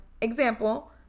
Example